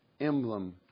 Emblem